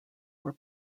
were